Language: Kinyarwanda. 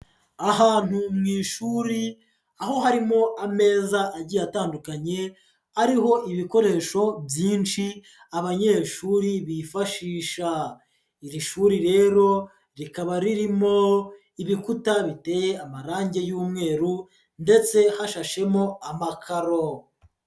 Ahantu mu ishuri, aho harimo ameza agiye atandukanye, hariho ibikoresho byinshi abanyeshuri bifashisha, iri shuri rero rikaba ririmo ibikuta biteye amarangi y'umweru ndetse hashashemo amakaro.